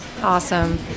Awesome